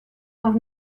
noch